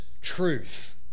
truth